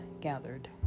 gathered